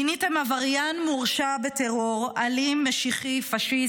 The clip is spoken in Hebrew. מיניתם עבריין מורשע בטרור, אלים, משיחי, פשיסט,